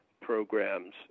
programs